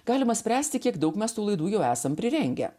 galima spręsti kiek daug mes tų laidų jau esam prirengę